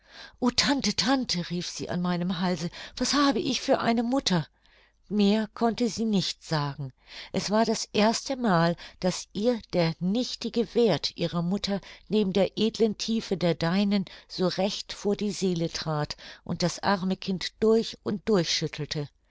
o tante tante rief sie an meinem halse was habe ich für eine mutter mehr konnte sie nicht sagen es war das erste mal daß ihr der nichtige werth ihrer mutter neben der edlen tiefe der deinen so recht vor die seele trat und das arme kind durch und durch schüttelte